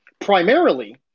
primarily